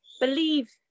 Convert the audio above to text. believe